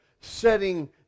setting